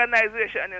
organization